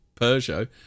Peugeot